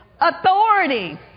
authority